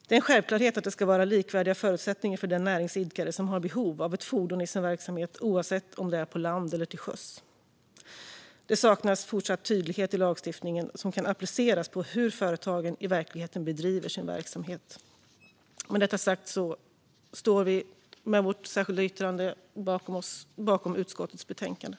Det är en självklarhet att det ska vara likvärdiga förutsättningar för den näringsidkare som har behov av ett fordon i sin verksamhet oavsett om det är på land eller till sjöss. Det saknas fortfarande en tydlighet i lagstiftningen som kan appliceras på hur företagen i verkligheten bedriver sin verksamhet. Med detta sagt står vi, med vårt särskilda yttrande, bakom utskottets förslag i betänkandet.